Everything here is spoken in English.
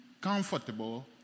comfortable